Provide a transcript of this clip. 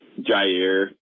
Jair